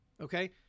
Okay